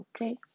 okay